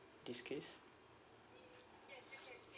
this case